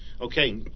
Okay